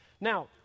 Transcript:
Now